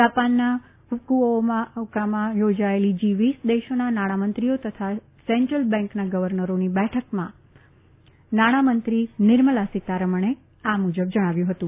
જાપાનના કુક્રઓકામાં યોજાલી જી વીસ દેશોના નાણાં મંત્રીઓ તથા સેન્ટ્રલ બેંકના ગર્વનરોની બેઠકમાં નાણામંત્રી નિર્મલા સીતારામને આ મુજબ જણાવ્યું હતું